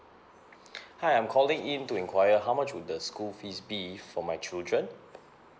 hi I'm calling in to enquire how much would the school fees be for my children